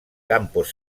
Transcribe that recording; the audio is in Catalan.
campos